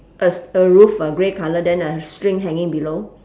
a a roof a grey colour then a string hanging below